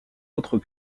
autre